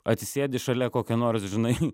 atsisėdi šalia kokio nors žinai